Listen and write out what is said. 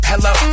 Hello